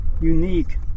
unique